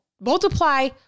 Multiply